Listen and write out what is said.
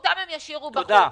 תודה.